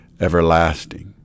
everlasting